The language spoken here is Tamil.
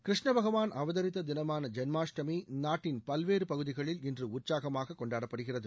கிருஷ்ண பகவான் அவதரித்த தினமான ஜென்மாஷ்டமி நாட்டின் பல்வேறு பகுதிகளில் இன்று உற்சாகமாக கொண்டாடப்படுகிறது